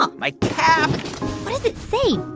um my cap what does it say?